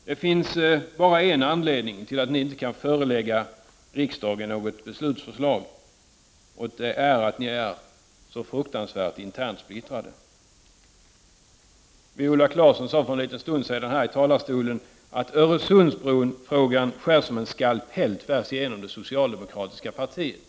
Det finns bara en anledning till att ni inte kan förelägga riksdagen något beslutsförslag, och det är att socialdemokraterna är så enormt splittrade internt. Viola Claesson sade för en stund sedan i talarstolen att Öresundsbrofrågan skär som en skalpell tvärs igenom det socialdemokratiska partiet.